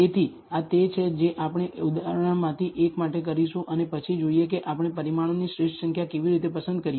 તેથી આ તે છે જે આપણે ઉદાહરણોમાંથી એક માટે કરીશું અને પછી જોઈએ કે આપણે પરિમાણોની શ્રેષ્ઠ સંખ્યા કેવી રીતે પસંદ કરીએ